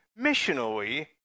missionally